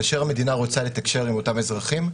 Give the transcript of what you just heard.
כאשר המדינה רוצה לתקשר עם אותם אזרחים,